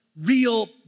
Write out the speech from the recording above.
real